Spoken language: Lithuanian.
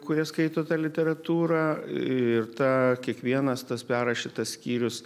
kurie skaito literatūrą ir tą kiekvienas tas perrašytas skyrius